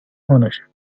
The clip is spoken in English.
ownership